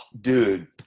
Dude